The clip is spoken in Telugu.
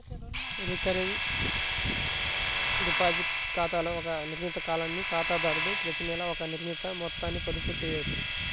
రికరింగ్ డిపాజిట్ ఖాతాలో ఒక నిర్ణీత కాలానికి ఖాతాదారుడు ప్రతినెలా ఒక నిర్ణీత మొత్తాన్ని పొదుపు చేయవచ్చు